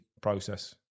process